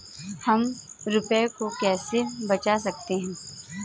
हम रुपये को कैसे बचा सकते हैं?